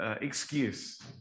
excuse